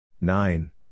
Nine